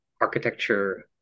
architecture